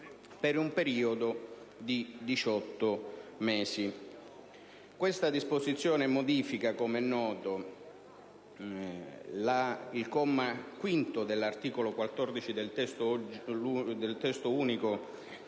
per un periodo di 18 mesi. Questa disposizione modifica, come è noto, il comma 5 dell'articolo 14 del Testo unico